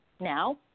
now